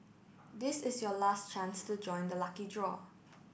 this is your last chance to join the lucky draw